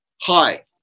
hi